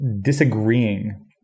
disagreeing